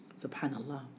Subhanallah